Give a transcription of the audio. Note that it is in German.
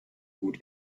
gut